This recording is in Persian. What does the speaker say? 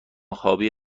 خوابی